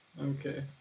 Okay